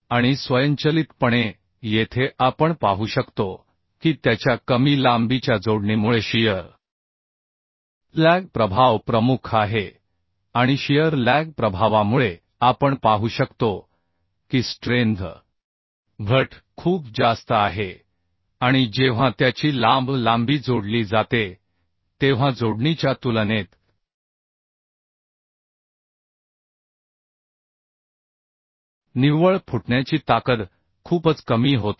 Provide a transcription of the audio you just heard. आणि स्वयंचलितपणे येथे आपण पाहू शकतो की त्याच्या कमी लांबीच्या जोडणीमुळे शियर लॅग प्रभाव प्रमुख आहे आणि शियर लॅग प्रभावामुळे आपण पाहू शकतो की स्ट्रेंथ घट खूप जास्त आहे आणि जेव्हा त्याची लांब लांबी जोडली जाते तेव्हा जोडणीच्या तुलनेत निव्वळ फुटण्याची ताकद खूपच कमी होत आहे